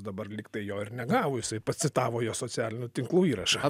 dabar lyg tai jo ir negavo jisai pacitavo jo socialinių tinklų įrašą